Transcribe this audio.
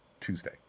tuesday